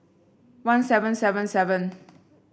one seven seven seven